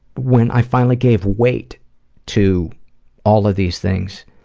when i finally gave weight to all of these things,